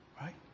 Right